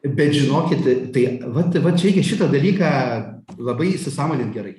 bet žinokit tai vat vat čia reikia šitą dalyką labai įsisąmonint gerai